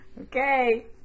Okay